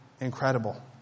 Incredible